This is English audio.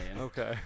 Okay